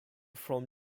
from